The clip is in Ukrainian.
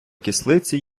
кислиці